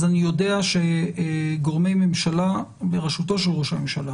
אז אני יודע שגורמי ממשלה בראשותו של ראש הממשלה